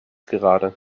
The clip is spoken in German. gerade